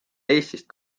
eestist